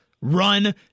run